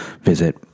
visit